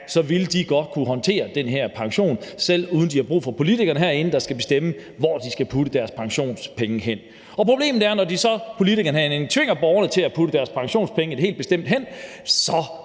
vil kunne håndtere deres pension, uden de har brug for, at politikerne herinde skal bestemme, hvor de skal lægge deres pensionspenge. Problemet er, at når politikerne herinde så tvinger borgerne til at lægge deres pensionspenge et helt bestemt sted, så